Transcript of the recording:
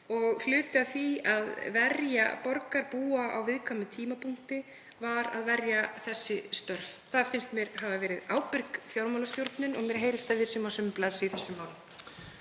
og hluti af því að verja borgarbúa á viðkvæmum tímapunkti var að verja þessi störf. Það finnst mér hafa verið ábyrg fjármálastjórnun og mér heyrist að við séum á sömu blaðsíðu í þessum málum.